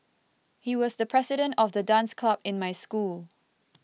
he was the president of the dance club in my school